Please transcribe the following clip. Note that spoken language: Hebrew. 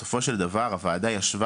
בסופו של דבר הוועדה ישבה